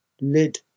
lid